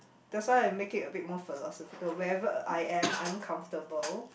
that's why I make it a bit more philosophical wherever I am I'm comfortable